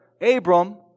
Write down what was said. Abram